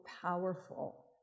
powerful